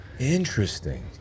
interesting